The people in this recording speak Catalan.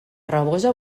rabosa